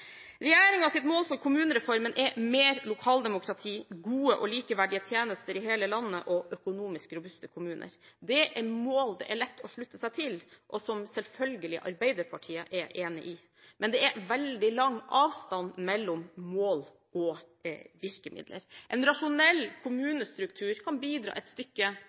mål for kommunereformen er mer lokaldemokrati, gode og likeverdige tjenester i hele landet og økonomisk robuste kommuner. Det er mål det er lett å slutte seg til, og som Arbeiderpartiet selvfølgelig er enig i. Men det er veldig lang avstand mellom mål og virkemidler. En rasjonell kommunestruktur kan bidra et stykke